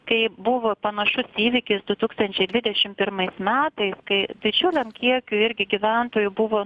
kai buvo panašus įvykis du tūkstančiai dvidešim pirmais metai kai didžiuliam kiekiui irgi gyventojų buvo